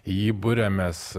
į jį buriamės